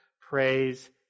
praise